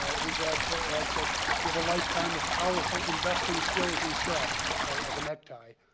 whose ad so ad said, give a lifetime of powerful investing skills instead of a necktie.